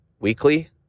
weekly